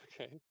Okay